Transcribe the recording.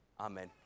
amen